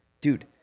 dude